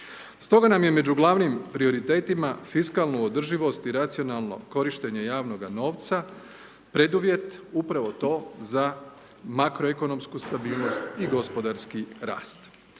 Stoga nam je među glavnim prioritetima fiskalnu održivost i racionalno korištenje javnoga novca, preduvjet, upravo to, za makroekonomsku stabilnost i gospodarski rast.